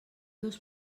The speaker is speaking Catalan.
dos